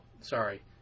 sorry